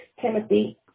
Timothy